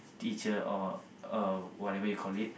teacher or uh whatever you call it